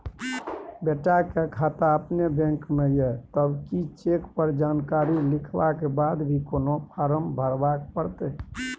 बेटा के खाता अपने बैंक में ये तब की चेक पर जानकारी लिखवा के बाद भी कोनो फारम भरबाक परतै?